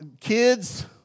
kids